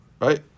Right